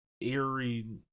eerie